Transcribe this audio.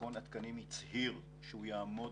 מכון התקנים הצהיר שהוא יעמוד